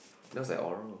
looks like oral